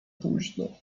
późno